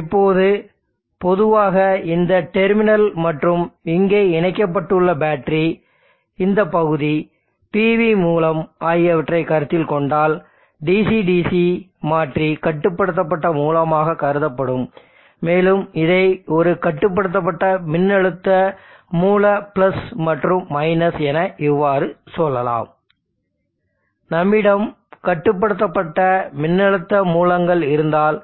இப்போது பொதுவாக இந்த டெர்மினல் மற்றும் இங்கே இணைக்கப்பட்டுள்ள பேட்டரி இந்த பகுதி PV மூலம் ஆகியவற்றை கருத்தில் கொண்டால் DC DC மாற்றி கட்டுப்படுத்தப்பட்ட மூலமாக கருதப்படும் மேலும் இதை ஒரு கட்டுப்படுத்தப்பட்ட மின்னழுத்த மூல பிளஸ் மற்றும் மைனஸ் என இவ்வாறு சொல்லலாம் நம்மிடம் கட்டுப்படுத்தப்பட்ட மின்னழுத்த மூலங்கள் இருந்தால்